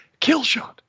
Killshot